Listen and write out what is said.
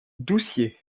doucier